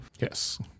Yes